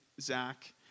Zach